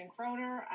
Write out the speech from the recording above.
Croner